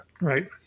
Right